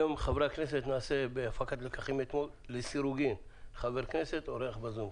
היום חברי הכנסת ידברו לסירוגין עם האורחים בזום.